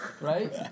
right